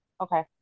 Okay